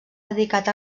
dedicat